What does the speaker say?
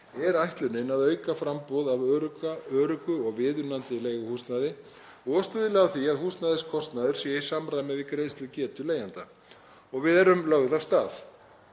er ætlunin að auka framboð af öruggu og viðunandi leiguhúsnæði og stuðla að því að húsnæðiskostnaður sé í samræmi við greiðslugetu leigjenda. Og við erum við lögð af stað.